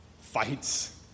fights